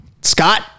Scott